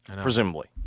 presumably